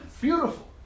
beautiful